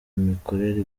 mikorere